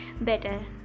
better